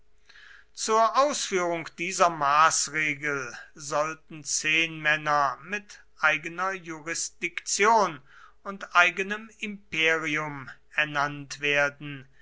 zur ausführung dieser maßregel sollten zehnmänner mit eigener jurisdiktion und eigenem imperium ernannt werden